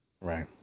Right